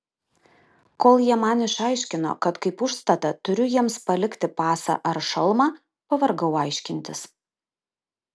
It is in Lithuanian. kol jie man išaiškino kad kaip užstatą turiu jiems palikti pasą ar šalmą pavargau aiškintis